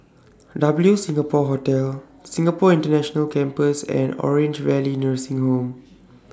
W Singapore Hotel Singapore International Campus and Orange Valley Nursing Home